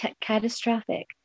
catastrophic